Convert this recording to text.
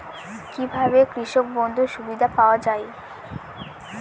কি ভাবে কৃষক বন্ধুর সুবিধা পাওয়া য়ায়?